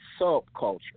subculture